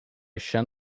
chen